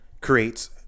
creates